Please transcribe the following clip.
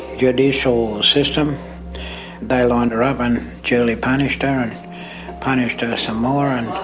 judicial system they lined her up and duly punished her, and punished her some more, and